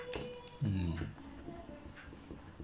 mm